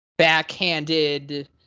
Backhanded